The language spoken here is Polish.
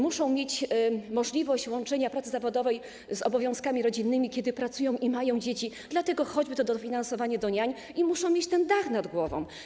Muszą mieć możliwość łączenia pracy zawodowej z obowiązkami rodzinnymi, kiedy pracują i mają dzieci, choćby to dofinansowanie do niań, i muszą mieć dach nad głową.